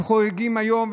הם חוגגים היום,